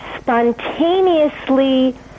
spontaneously